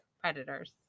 predators